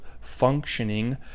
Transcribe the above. functioning